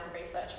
research